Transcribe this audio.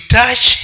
touch